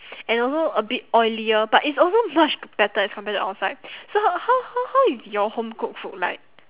and also a bit oilier but it's also much better as compared to outside so how how how is your home cooked food like